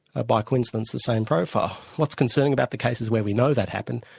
ah by coincidence, the same profile. what's concerned about the cases where we know that happened,